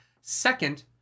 Second